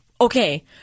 Okay